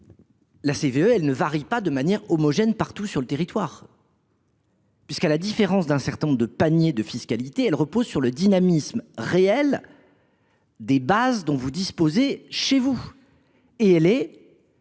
la CVAE ne varie pas de manière homogène partout sur le territoire, puisque, à la différence d’un certain nombre de paniers de fiscalité, elle repose sur le dynamisme réel des bases locales, et elle est